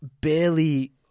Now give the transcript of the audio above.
barely